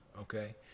okay